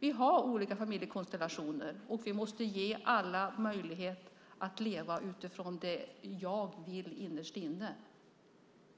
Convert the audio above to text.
Vi har olika familjekonstellationer, och vi måste ge alla möjlighet att leva utifrån det de innerst inne vill.